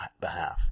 behalf